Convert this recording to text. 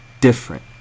different